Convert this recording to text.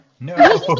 no